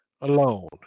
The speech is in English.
alone